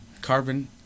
Carbon